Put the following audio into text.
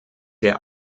der